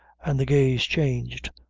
and the gaze changed,